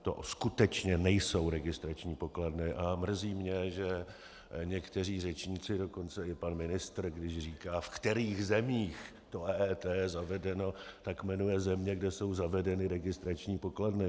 To skutečně nejsou registrační pokladny a mrzí mě, že někteří řečníci, dokonce i pan ministr, když říká v kterých zemích to EET je zavedeno, tak jmenuje země, kde jsou zavedeny registrační pokladny.